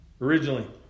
originally